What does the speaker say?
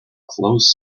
closed